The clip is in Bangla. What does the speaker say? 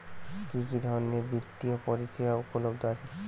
কি কি ধরনের বৃত্তিয় পরিসেবা উপলব্ধ আছে?